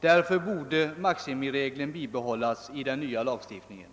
Därför borde maximiregeln bibehållas i den nya lagstiftningen.